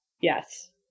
Yes